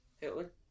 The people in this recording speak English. Hitler